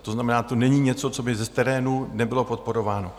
To znamená, to není něco, co by z terénu nebylo podporováno.